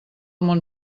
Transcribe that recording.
món